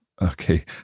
Okay